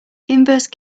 inverse